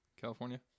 California